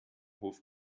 hof